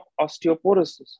osteoporosis